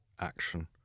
action